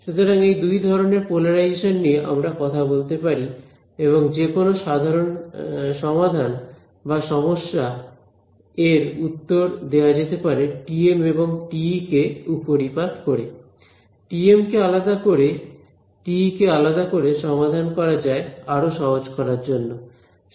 সুতরাং এই 2 ধরনের পোলারাইজেশন নিয়ে আমরা কথা বলতে পারি এবং যেকোন সাধারণ সমাধান বা সমস্যা এর উত্তর দেওয়া যেতে পারে TM এবং TE কে উপরিপাত করে TM কে আলাদা করে TE কে আলাদা করে সমাধান করা যায় আরো সহজ করার জন্য